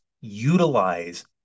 utilize